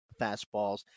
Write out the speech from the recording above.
fastballs